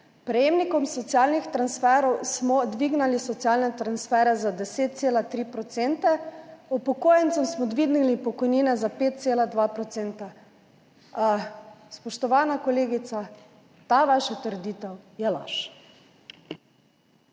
prejemnikom socialnih transferov smo dvignili socialne transfere za 10,3 procente, upokojencem smo dvignili pokojnine za 5,2 procenta. Spoštovana kolegica, ta vaša trditev je laž.